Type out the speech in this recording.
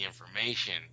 information